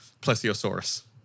Plesiosaurus